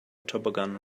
toboggan